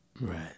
Right